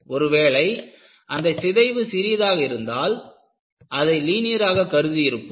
ஒருவேளை அந்த சிதைவு சிறியதாக இருந்தால் அதை லீனியர் ஆக கருதி இருப்போம்